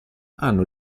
hanno